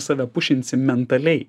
save pušinsi mentaliai